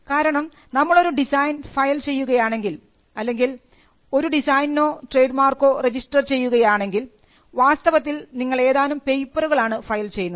കാരണം നമ്മളൊരു design file ചെയ്യുകയാണെങ്കിൽ അല്ലെങ്കിൽ ഒരു ഡിസൈനോ ട്രേഡ് മാർക്കോ രജിസ്റ്റർ ചെയ്യുകയാണെങ്കിൽ വാസ്തവത്തിൽ നിങ്ങൾ ഏതാനും പേപ്പറുകളാണ് ഫയൽ ചെയ്യുന്നത്